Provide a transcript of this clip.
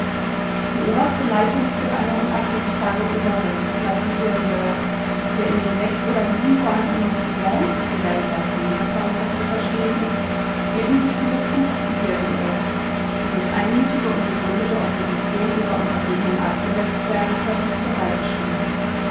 die oberste leitung führt eine unabsetzbare oberin la superieure der in den sechs oder sieben vorhandenen couvents wir werden gleich sehn was darunter zu verstehen ist eben so viele sous superieures die durch einmütige und begründete opposition ihrer untergebenen abgesetzt werden können zur seite stehen